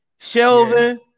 Shelvin